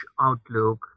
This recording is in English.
outlook